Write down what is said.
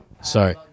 Sorry